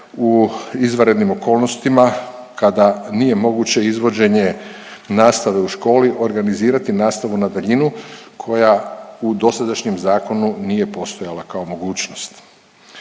u izvanrednim okolnostima kada nije moguće izvođenje nastave u školi, organizirati nastavu na daljinu koja u dosadašnjem zakonu nije postojala kao mogućnost.